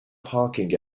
parking